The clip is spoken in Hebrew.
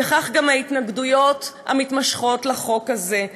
וכך גם ההתנגדויות המתמשכות לחוק הזה.